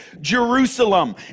Jerusalem